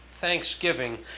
thanksgiving